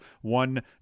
one